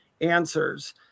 answers